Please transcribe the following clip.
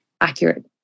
accurate